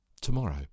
Tomorrow